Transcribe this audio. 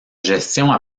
gestion